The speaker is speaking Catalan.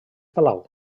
palau